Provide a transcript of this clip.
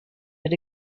had